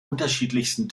unterschiedlichsten